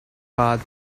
path